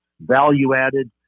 value-added